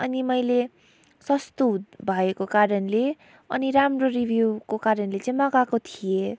अनि मैले सस्तो भएको कारणले अनि राम्रो रिभ्यूको कारणले चाहिँ मगाएको थिएँ